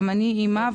גם אני אמא,